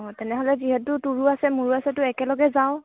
অঁ তেনেহ'লে যিহেতু তোৰো আছে মোৰো আছে ত' একেলগে যাওঁ